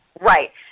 Right